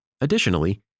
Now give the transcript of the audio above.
Additionally